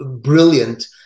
brilliant